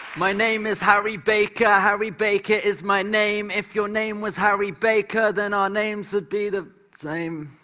my name is harry baker. harry baker is my name. if your name was harry baker, then our names would be the same.